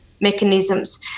mechanisms